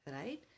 right